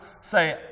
Say